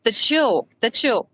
tačiau tačiau